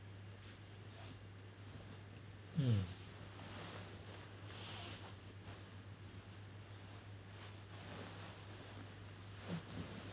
mm